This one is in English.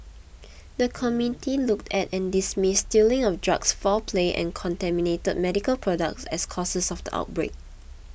the committee looked at and dismissed stealing of drugs foul play and contaminated medical products as causes of the outbreak